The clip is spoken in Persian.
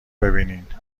ببینینبازم